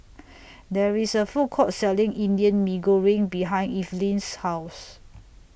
There IS A Food Court Selling Indian Mee Goreng behind Evelyne's House